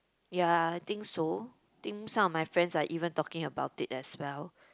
ya I think so think some of my friends are even talking about it as well